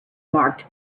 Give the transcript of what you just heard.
marked